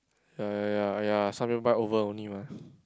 ya ya ya ya over only mah